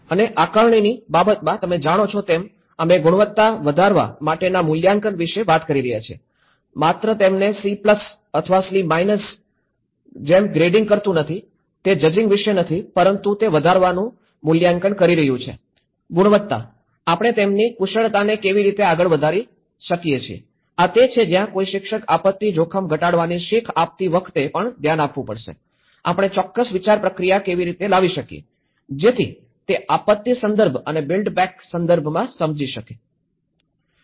અને આકારણીની બાબતમાં તમે જાણો છો તેમ અમે ગુણવત્તા વધારવા માટેના મૂલ્યાંકન વિશે વાત કરી રહ્યા છીએ માત્ર તેમને સી પ્લસ અથવા સી માઇનસની જેમ ગ્રેડિંગ કરતું નથી તે જજિંગ વિશે નથી પરંતુ તે વધારવાનું મૂલ્યાંકન કરી રહ્યું છે ગુણવત્તા આપણે તેમની કુશળતાને કેવી રીતે આગળ વધારી શકીએ છીએ આ તે છે જ્યાં કોઈ શિક્ષકે આપત્તિ જોખમ ઘટાડવાની શીખ આપતી વખતે પણ ધ્યાન આપવું પડશે આપણે ચોક્કસ વિચાર પ્રક્રિયા કેવી રીતે લાવી શકીએ જેથી તે આપત્તિ સંદર્ભ અને બિલ્ડ બેક સંદર્ભમાં સમજી શકે